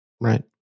Right